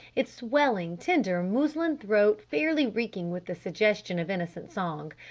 its swelling, tender muslin throat fairly reeking with the suggestion of innocent song!